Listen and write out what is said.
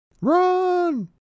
Run